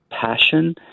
passion